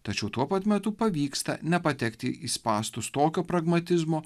tačiau tuo pat metu pavyksta nepatekti į spąstus tokio pragmatizmo